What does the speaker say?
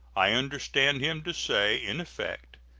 i understand him to say, in effect,